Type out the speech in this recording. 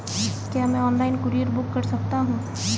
क्या मैं online courier book कर सकता हूँ?